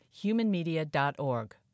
humanmedia.org